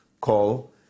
call